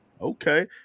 Okay